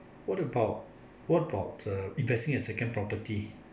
what about what about err investing a second property